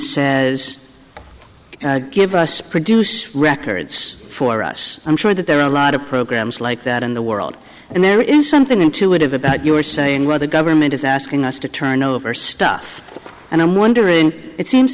says give us produce records for us i'm sure that there are a lot of programs like that in the world and there is something intuitive about you were saying rather government is asking us to turn over stuff and i'm wondering it seems